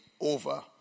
Over